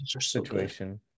situation